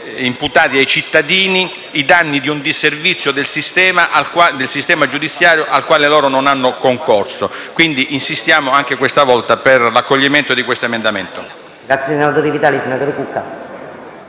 imputati ai cittadini i danni di un disservizio del sistema giudiziario al quale loro non hanno concorso. Insistiamo quindi anche questa volta per l'accoglimento di questo emendamento.